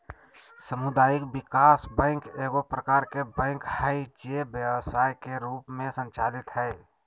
सामुदायिक विकास बैंक एगो प्रकार के बैंक हइ जे व्यवसाय के रूप में संचालित हइ